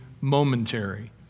momentary